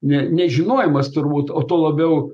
ne nežinojimas turbūt o tuo labiau